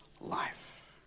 life